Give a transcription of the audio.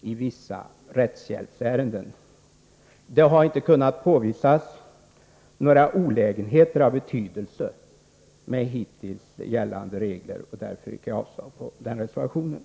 i vissa rättshjälpsärenden. Det har inte kunnat påvisas några olägenheter av betydelse med hittills gällande regler. Därför yrkar jag avslag på reservationen.